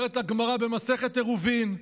אומרת הגמרא במסכת עירובין: